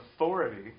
authority